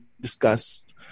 discussed